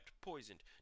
poisoned